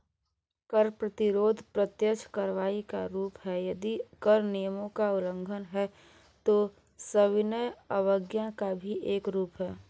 कर प्रतिरोध प्रत्यक्ष कार्रवाई का रूप है, यदि कर नियमों का उल्लंघन है, तो सविनय अवज्ञा का भी एक रूप है